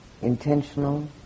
intentional